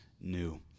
new